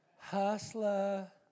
Hustler